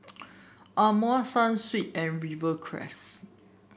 Amore Sunsweet and Rivercrest